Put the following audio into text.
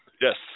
yes